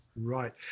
right